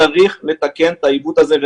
צריך לתקן את העיוות הזה.